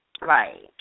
Right